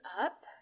up